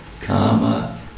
karma